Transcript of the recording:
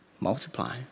Multiply